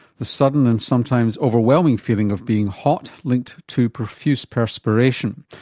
the sudden and sometimes overwhelming feeling of being hot linked to profuse perspiration.